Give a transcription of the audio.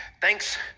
Thanks